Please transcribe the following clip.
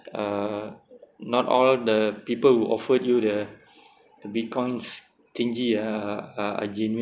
uh not all the people who offered you the the Bitcoins thing uh are are genuine